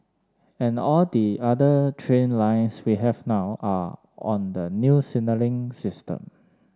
and all the other train lines we have now are on the new signalling system